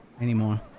anymore